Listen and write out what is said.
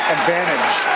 Advantage